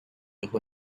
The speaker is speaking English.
who